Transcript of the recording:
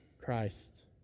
Christ